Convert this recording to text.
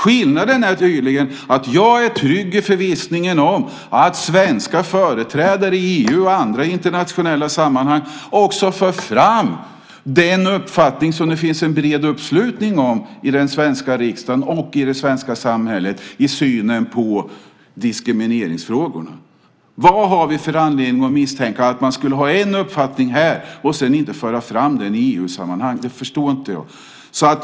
Skillnaden är möjligen att jag är trygg i förvissningen om att svenska företrädare i EU och andra internationella sammanhang för fram den uppfattning som det finns en bred uppslutning om i den svenska riksdagen och i det svenska samhället, i fråga om synen på diskrimineringsfrågorna. Vad har vi för anledning att misstänka att man skulle ha en uppfattning här och sedan inte föra fram den i EU-sammanhang? Det förstår inte jag.